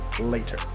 later